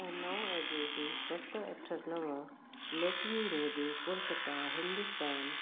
ऐं नओं अड्रेस सत अठ नव lake view road Kolkata Hindustan